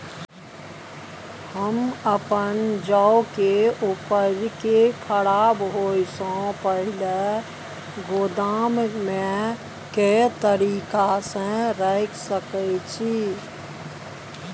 हम अपन जौ के उपज के खराब होय सो पहिले गोदाम में के तरीका से रैख सके छी?